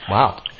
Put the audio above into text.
Wow